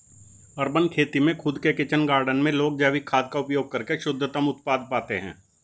urban खेती में खुद के किचन गार्डन में लोग जैविक खाद का उपयोग करके शुद्धतम उत्पाद पाते हैं